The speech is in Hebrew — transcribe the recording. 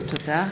תודה.